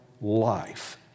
life